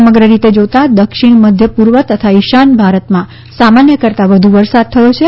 સમગ્ર રીતે જોતા દક્ષિણ મધ્ય પૂર્વ તથા ઈશાન ભારતમાં સામાન્ય કરતા વધુ વરસાદ થયો છે